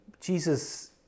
Jesus